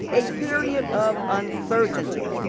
a period of uncertainty.